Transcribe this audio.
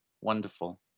wonderful